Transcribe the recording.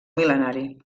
mil·lenari